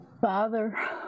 Father